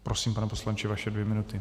Prosím, pane poslanče, vaše dvě minuty.